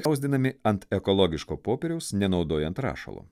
spausdinami ant ekologiško popieriaus nenaudojant rašalo